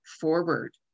forward